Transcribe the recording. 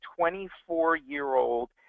24-year-old